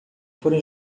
foram